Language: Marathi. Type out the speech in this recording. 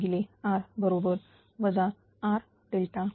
pL1R RpL 0